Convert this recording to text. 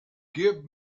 give